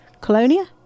Colonia